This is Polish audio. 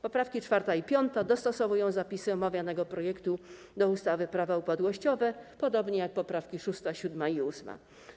Poprawki 4. i 5. dostosowują zapisy omawianego projektu do ustawy - Prawo upadłościowe podobnie jak poprawki 6., 7. i 8.